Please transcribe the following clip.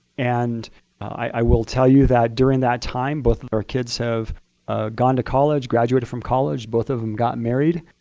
and i will tell you that, during that time, both of our kids have gone to college, graduated from college. both of them got married,